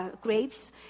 grapes